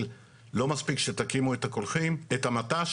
כלומר לא מספיק שתקימו את המט"ש,